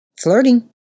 flirting